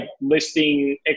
listing